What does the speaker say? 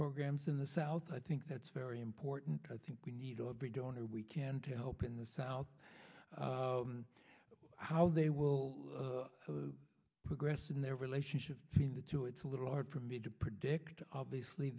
programs in the south i think that's very important i think we need to be doing or we can to help in the south how they will progress in their relationship between the two it's a little hard for me to predict obviously